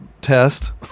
test